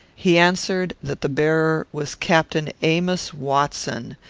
he answered, that the bearer was captain amos watson,